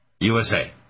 USA